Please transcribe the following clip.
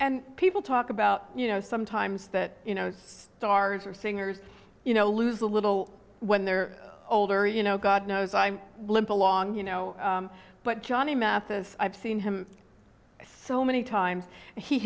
and people talk about you know sometimes that you know stars are singers you know lose a little when they're older you know god knows i limp along you know but johnny mathis i've seen him so many times